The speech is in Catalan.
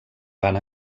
van